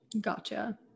Gotcha